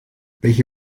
welche